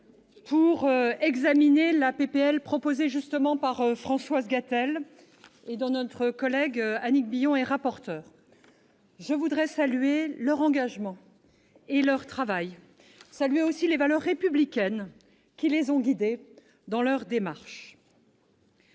pour examiner la proposition de loi déposée par Françoise Gatel, dont notre collègue Annick Billon est rapporteur. Je salue leur engagement et leur travail, ainsi que les valeurs républicaines qui les ont guidées dans leurs démarches.